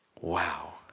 Wow